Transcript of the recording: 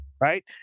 right